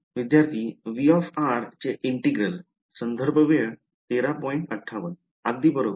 विद्यार्थी V चे integral अगदी बरोबर